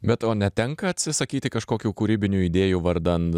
be o netenka atsisakyti kažkokių kūrybinių idėjų vardan